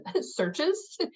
searches